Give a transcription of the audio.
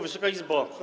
Wysoka Izbo!